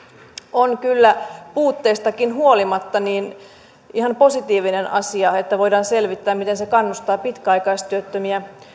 on kyllä puutteistakin huolimatta ihan positiivinen asia jotta voidaan selvittää miten se kannustaa pitkäaikaistyöttömiä